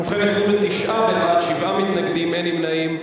ובכן, 29 בעד, שבעה מתנגדים, אין נמנעים.